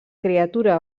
criatura